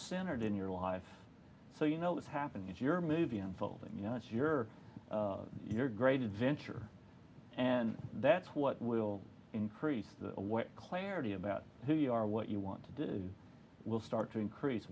centered in your life so you know what's happening is your movie unfolding you know it's your your great adventure and that's what will increase the clarity about who you are what you want to do will start to increase